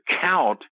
count